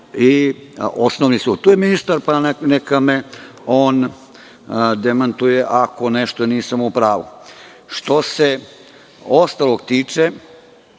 i osnovni sud. Tu je ministar, pa neka me on demantuje ako nešto nisam u pravu. Što se ostalog tiče,